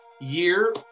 year